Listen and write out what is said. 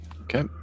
okay